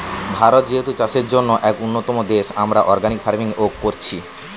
ভারত যেহেতু চাষের জন্যে এক উন্নতম দেশ, আমরা অর্গানিক ফার্মিং ও কোরছি